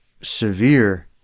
severe